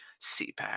CPAC